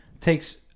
takes